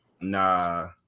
Nah